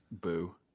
boo